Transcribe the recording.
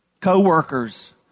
co-workers